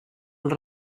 els